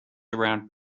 around